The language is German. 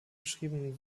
beschriebenen